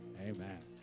Amen